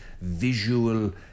visual